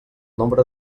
nombre